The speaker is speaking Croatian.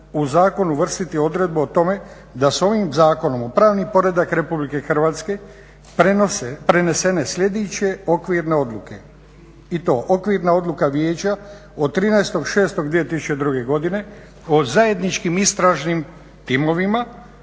u zakon uvrstiti odredbu o tome da se ovim Zakonom o pravni poredak RH prenose prenesene sljedeće okvirne odluke i to okvirna odluka vijeća od 13.06.2002. godine o zajedničkim istražnim timovima